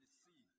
see